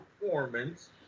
performance